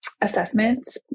assessment